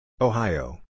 Ohio